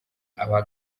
aba